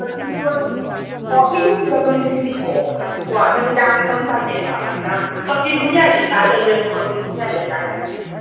ꯗꯦꯂꯤꯕꯔꯁꯦ ꯑꯣ ꯏꯕꯤꯅꯤꯡꯗ ꯑꯗꯨꯝ ꯊꯤꯟꯕꯤꯔꯛꯑꯣ ꯍꯥꯏꯗꯤꯀꯣ ꯅꯨꯃꯤꯗꯥꯡꯒꯤ ꯐꯪꯁꯟꯅꯦꯕ ꯑꯗꯨꯅ ꯀꯛꯆꯤꯡ ꯈꯨꯟꯌꯥꯏ ꯂꯩꯀꯥꯏ ꯑꯦꯗ꯭ꯔꯦꯁꯇꯨ ꯀꯛꯆꯤꯡ ꯈꯨꯟꯌꯥꯏ ꯂꯩꯀꯥꯏ ꯑꯗꯨꯝ ꯏꯕꯤꯔꯣ